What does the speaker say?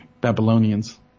Babylonians